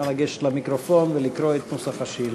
נא לגשת למיקרופון ולקרוא את נוסח השאלה.